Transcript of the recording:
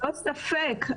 ללא ספק,